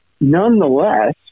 Nonetheless